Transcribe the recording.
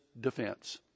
defense